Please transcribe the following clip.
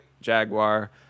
jaguar